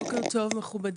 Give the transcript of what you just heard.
בוקר טוב מכובדיי,